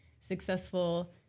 successful